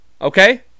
okay